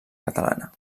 catalana